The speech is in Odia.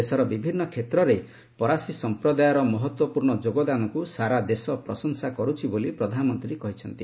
ଦେଶର ବିଭିନ୍ନ କ୍ଷେତ୍ରରେ ପରାସୀ ସଂପ୍ରଦାୟର ମହତ୍ୱପୂର୍ଣ୍ଣ ଯୋଗଦାନକୁ ସାରା ଦେଶ ପ୍ରଶଂସା କରୁଛି ବୋଳି ପ୍ରଧାନମନ୍ତ୍ରୀ କହିଛନ୍ତି